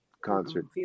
concert